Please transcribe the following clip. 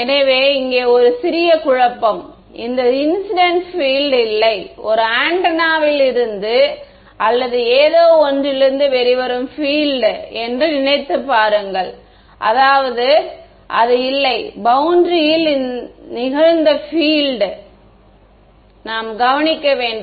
எனவே இங்கே சிறிய குழப்பம் இந்த இன்சிடென்ட் பில்ட் இல்லை ஒரு ஆண்டெனாவிலிருந்து அல்லது ஏதோவொன்றிலிருந்து வெளிவரும் பில்ட் என்று நினைத்துப் பாருங்கள் அதாவது அது இல்லை பௌண்டரியில் நிகழ்ந்த பில்ட் நாம் கவனிக்க வேண்டும்